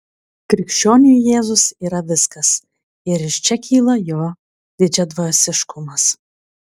krikščioniui jėzus yra viskas ir iš čia kyla jo didžiadvasiškumas